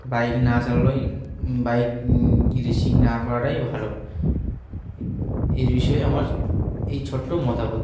bike না চালানোই bike racing না করাটাই ভালো এ বিষয়ে আমার এই ছোট্ট মতামত